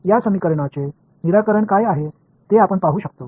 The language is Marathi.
या समीकरणाचे निराकरण काय आहे ते आपण पाहू शकतो